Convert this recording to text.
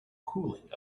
cooling